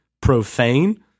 profane